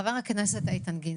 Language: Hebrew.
חבר הכנסת איתן גינזבורג,